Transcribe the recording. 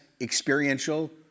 Experiential